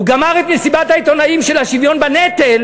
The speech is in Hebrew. הוא גמר את מסיבת העיתונאים של השוויון בנטל,